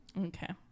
Okay